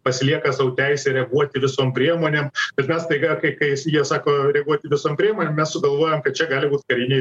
pasilieka sau teisę reaguoti visom priemonėm bet mes staiga kai kai jie sako reaguoti visom priemonėm mes sugalvojam kad čia gali būt kariniai